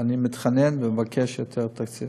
ואני מתחנן ומבקש יותר תקציב.